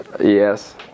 Yes